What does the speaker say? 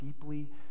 deeply